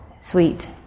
sweet